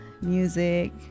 music